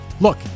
Look